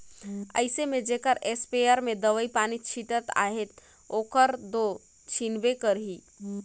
अइसे में जेहर इस्पेयर में दवई पानी छींचत अहे ओहर दो छींचबे करही